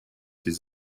his